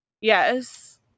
yes